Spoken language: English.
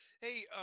Hey